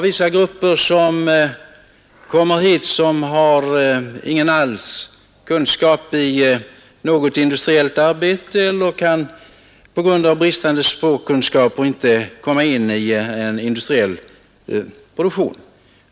Vissa grupper som kommer hit har ingen kunskap alls i något industriellt arbete eller kan på grund av bristande språkkunskaper inte komma in i en industriell produktion.